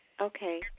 Okay